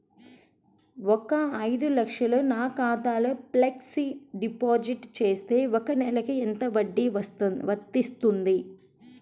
ఒక ఐదు లక్షలు నా ఖాతాలో ఫ్లెక్సీ డిపాజిట్ చేస్తే ఒక నెలకి ఎంత వడ్డీ వర్తిస్తుంది?